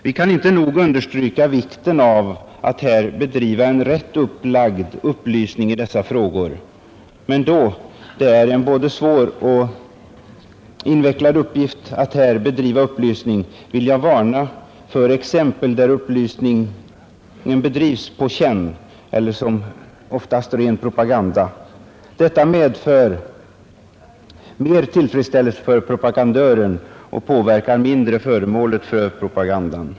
Vi kan inte nog understryka vikten av att bedriva en rätt upplagd upplysning i dessa frågor, men då det är en både svår och invecklad uppgift, vill jag varna för upplysning som bedrivs på känn eller som oftast i form av ren propaganda. Detta medför mer tillfredsställelse för propagandören och påverkar mindre föremålet för propagandan.